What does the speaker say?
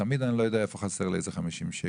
תמיד אני לא יודע איפה חסר לי איזה 50 שקל,